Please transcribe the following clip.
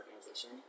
Organization